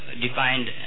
defined